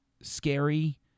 scary